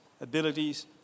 abilities